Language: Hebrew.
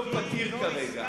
לא פתיר כרגע.